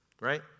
right